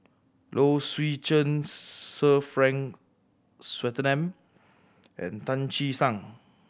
Low Swee Chen Sir Frank Swettenham and Tan Che Sang